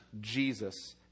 Jesus